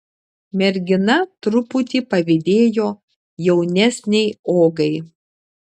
mergina truputį pavydėjo jaunesnei ogai